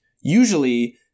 Usually